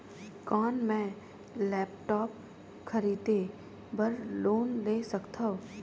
कौन मैं लेपटॉप खरीदे बर लोन ले सकथव?